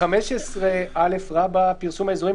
תקנה 15א, "פרסום האזורים.